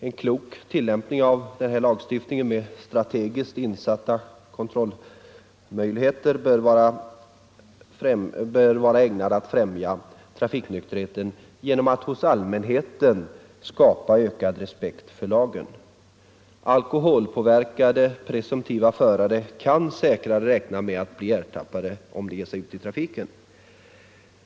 En klok tillämpning av lagen med strategiskt insatta kontroller bör vara ägnad att främja trafiknykterheten och hos allmänheten skapa ökad respekt för lagen. Alkoholpåverkade förare kan säkrare räkna med att bli ertappade om de ger sig ut i trafiken.